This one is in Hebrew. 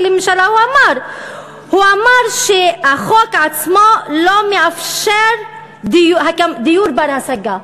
לממשלה אמרו שהחוק עצמו לא מאפשר דיור בר-השגה.